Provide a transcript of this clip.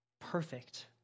perfect